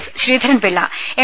S Sreedharan Pillai M